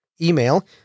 Email